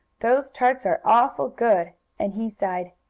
those tarts are awful good! and he sighed.